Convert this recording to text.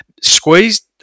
squeezed